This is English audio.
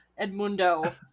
Edmundo